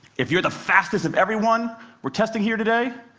if you're the fastest of everyone we're testing here today,